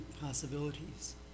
possibilities